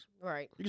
Right